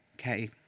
okay